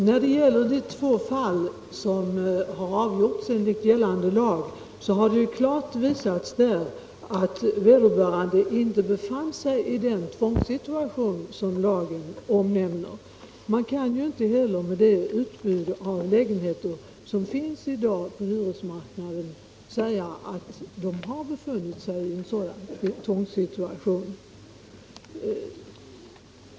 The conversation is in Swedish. Herr talman! I de två fall som har avgjorts enligt gällande lag har det klart redovisats att vederbörande inte befann sig i den tvångssituation som lagen omnämner. Man kan ju inte heller med det utbud av lägenheter som finns i dag säga att de befunnit sig i en tvångssituation.